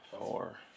Four